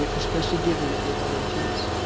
ah especially given that we're volunteers.